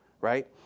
Right